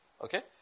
Okay